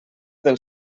del